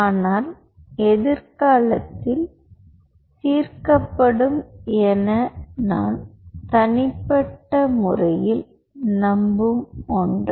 ஆனால் எதிர்காலத்தில் தீர்க்கப்படும் என நான் தனிப்பட்ட முறையில் நம்பும் ஒன்று